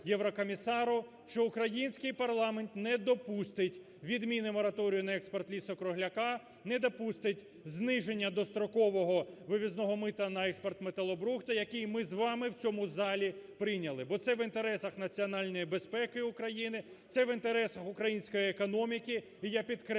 що український парламент не допустить відміну мораторію на експорт лісу кругляка, не допустить зниження дострокового вивізного мита на експорт металобрухту, який ми з вами в цьому залі прийняли. Бо це в інтересах національної безпеки України, це в інтересах української економіки, і, підкреслюю,